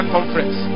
Conference